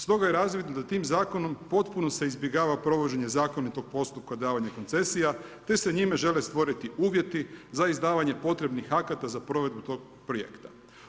Stoga je razvidno da s tim zakonom potpuno se izbjegava provođenje zakonitog postupka davanja koncesija, te se njime žele stvoriti uvjeti za izdavanje potrebnih akata za provedbu tog projekta.